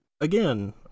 Again